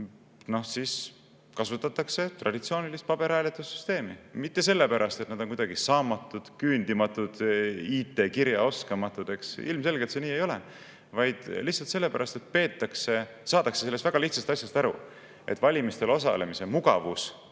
et seal kasutatakse traditsioonilist paberhääletussüsteemi. Mitte sellepärast, et nad oleks kuidagi saamatud, küündimatud, IT‑kirjaoskamatud, eks, ilmselgelt see nii ei ole, vaid lihtsalt sellepärast, et saadakse aru sellest väga lihtsast asjast, et valimistel osalemise mugavus